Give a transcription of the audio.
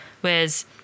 whereas